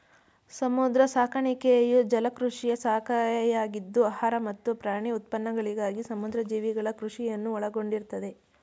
ಸಮುದ್ರ ಸಾಕಾಣಿಕೆಯು ಜಲಕೃಷಿಯ ಶಾಖೆಯಾಗಿದ್ದು ಆಹಾರ ಮತ್ತು ಪ್ರಾಣಿ ಉತ್ಪನ್ನಗಳಿಗಾಗಿ ಸಮುದ್ರ ಜೀವಿಗಳ ಕೃಷಿಯನ್ನು ಒಳಗೊಂಡಿರ್ತದೆ